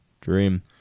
Dream